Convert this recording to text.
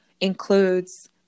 includes